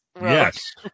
Yes